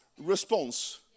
response